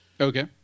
Okay